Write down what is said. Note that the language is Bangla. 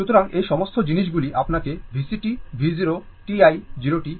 সুতরাং এই সমস্ত জিনিসগুলি আপনাকে VCt V 0 t i 0 t পেতে হবে